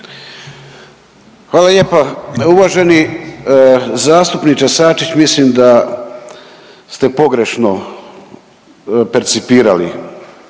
Hvala lijepa. Uvaženi zastupniče Sačić, mislim da ste pogrešno percipirali